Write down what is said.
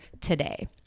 today